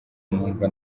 numva